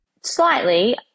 Slightly